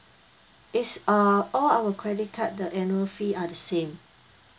it's err all our credit card the annual fee are the same